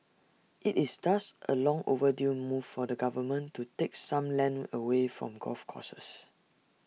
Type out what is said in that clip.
IT is thus A long overdue move for the government to take some land away from golf courses